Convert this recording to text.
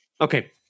Okay